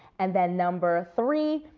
and then number three,